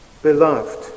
Beloved